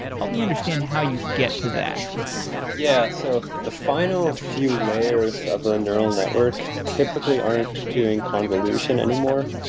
help me understand how you get to that yeah. so the final few layers of the neural network typically aren't doing convolution anymore.